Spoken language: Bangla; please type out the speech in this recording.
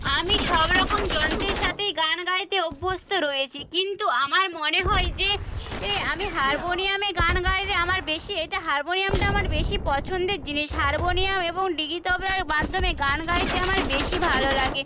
আমি সবরকম যন্ত্রের সাথেই গান গাইতে অভ্যস্ত রয়েছি কিন্তু আমার মনে হয় যে এ আমি হারমোনিয়ামে গান গাইলে আমার বেশি এটা হারমোনিয়ামটা আমার বেশি পছন্দের জিনিস হারমোনিয়াম এবং ডুগি তবলার মাধ্যমে গান গাইতে আমার বেশি ভালো লাগে